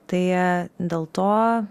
tai dėl to